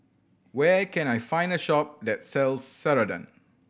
where can I find a shop that sells Ceradan